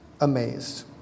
amazed